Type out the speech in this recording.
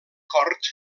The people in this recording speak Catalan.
cort